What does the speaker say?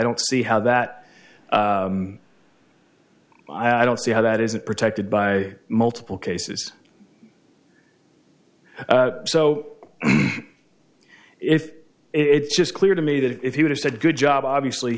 don't see how that i don't see how that isn't protected by multiple cases so if it's just clear to me that if he would have said good job obviously